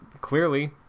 clearly